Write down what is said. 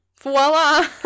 Voila